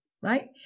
right